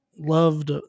loved